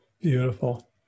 Beautiful